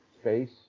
space